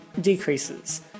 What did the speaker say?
decreases